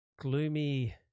gloomy